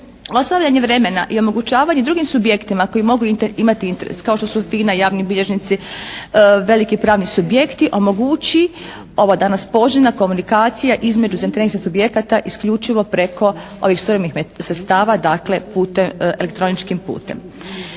ostavljanje vremena i omogućavanje drugih subjektima koji mogu imati interes kao što su FINA, javni bilježnici, veliki pravni subjekti omogući ova danas poželjna komunikacija između zainteresiranih subjekata isključivo preko ovih suvremenih sredstava, dakle putem, elektroničkim putem.